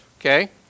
Okay